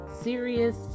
serious